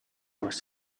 was